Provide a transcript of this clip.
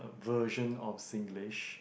a version of Singlish